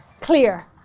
clear